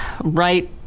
right